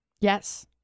Yes